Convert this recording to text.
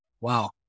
Wow